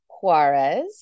Juarez